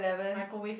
microwave